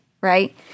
right